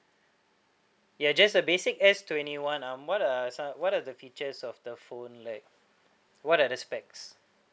ya just a basic S twenty one um what are some what are the features of the phone like what are the specs